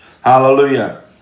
Hallelujah